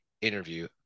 interview